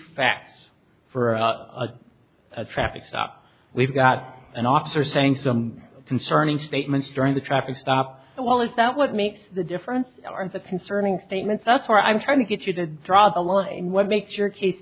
facts for a traffic stop we've got an officer saying some concerning statements during the traffic stop well is that what makes the difference and the concerning statements that's where i'm trying to get you to draw the line what makes your case